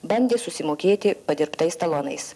bandė susimokėti padirbtais talonais